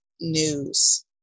news